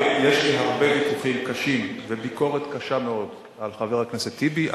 יש לי הרבה ויכוחים קשים וביקורת קשה מאוד על חבר הכנסת טיבי,